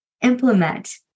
Implement